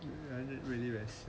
and it really is